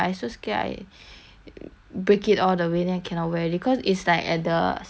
break it all the way then I cannot wear already cause it's like at the c~ middle of the hook there